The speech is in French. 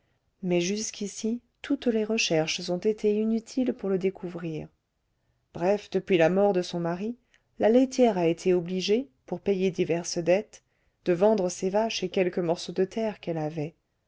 mais jusqu'ici toutes les recherches ont été inutiles pour le découvrir bref depuis la mort de son mari la laitière a été obligée pour payer diverses dettes de vendre ses vaches et quelques morceaux de terre qu'elle avait